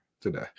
today